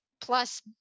Plus